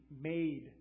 made